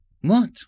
What